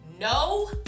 no